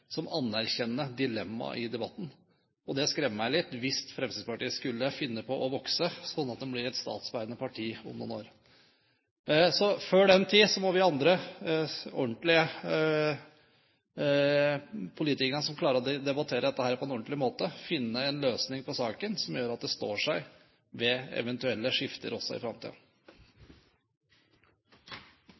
som anerkjenner dilemmaet i debatten. Det skremmer meg litt hvis Fremskrittspartiet skulle finne på å vokse, sånn at det blir et statsbærende parti om noen år. Før den tid får vi andre politikere som klarer å debattere dette på en ordentlig måte, finne en løsning på saken som gjør at dette står seg ved eventuelle skifter, også i